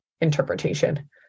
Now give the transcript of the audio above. interpretation